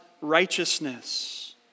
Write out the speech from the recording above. righteousness